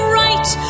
right